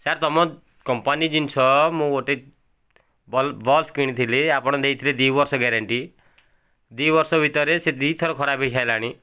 sir ତମ company ଜିନିଷ ମୁ ଗୋଟେ ବଲ ବସ କିଣିଥିଲି ଆପଣ ଦେଇଥିଲେ ଦୁଇ ବର୍ଷ ଗ୍ୟାରେଣ୍ଟି ଦୁଇ ବର୍ଷ ଭିତରେ ସେ ଦୁଇ ଥର ଖରାପ ହୋଇ ସାରିଲାଣି